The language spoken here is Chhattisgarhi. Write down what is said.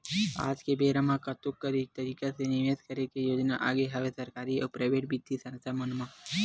आज के बेरा म कतको तरिका ले निवेस करे के योजना आगे हवय सरकारी अउ पराइेवट बित्तीय संस्था मन म